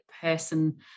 person